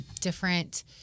different